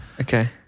Okay